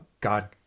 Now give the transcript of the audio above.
God